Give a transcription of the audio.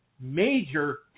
major